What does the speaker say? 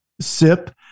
sip